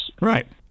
Right